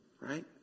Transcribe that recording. Right